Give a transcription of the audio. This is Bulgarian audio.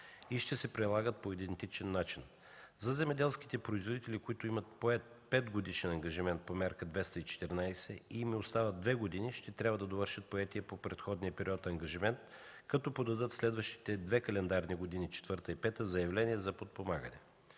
и ще се прилагат по идентичен начин. Земеделските производители, които имат поет петгодишен ангажимент по Мярка 214 и им остават две години, ще трябва да довършат поетия през предходния период ангажимент, като подадат през следващите две календарни години – 2014-2015 г., заявления за подпомагане.